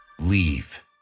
Leave